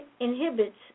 inhibits